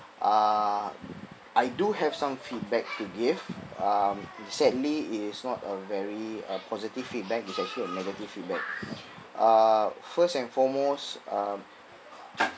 uh I do have some feedback to give um sadly it is not a very uh positive feedback it's actually a negative feedback uh first and foremost uh